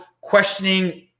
questioning